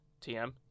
TM